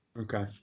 Okay